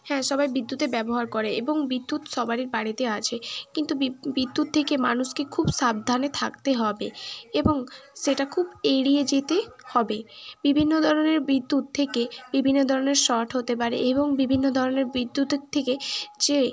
হ্যাঁ সবাই বিদ্যুতের ব্যবহার করে এবং বিদ্যুৎ সবারই বাড়িতে আছে কিন্তু বিদ্যুৎ থেকে মানুষকে খুব সাবধানে থাকতে হবে এবং সেটা খুব এড়িয়ে যেতে হবে বিভিন্ন ধরনের বিদ্যুৎ থেকে বিভিন্ন ধরনের শট হতে পারে এবং বিভিন্ন ধরনের বিদ্যুতের থেকে যে